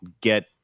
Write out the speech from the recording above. get